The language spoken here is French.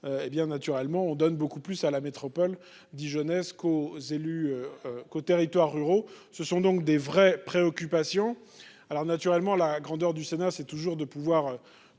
naturellement on donne beaucoup plus à la métropole dijonnaise qu'aux élus. Qu'aux territoires ruraux. Ce sont donc des vraies préoccupations. Alors naturellement la grandeur du Sénat c'est toujours de pouvoir